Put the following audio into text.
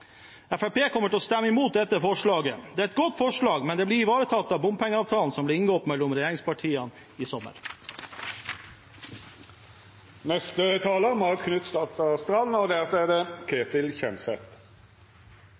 kommer til å stemme mot dette forslaget. Det er et godt forslag, men det blir ivaretatt av bompengeavtalen som ble inngått mellom regjeringspartiene i sommer. Det har vært interessant å følge debatten. Representanter fra Høyre og